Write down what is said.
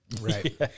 Right